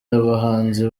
abahanzi